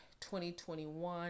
2021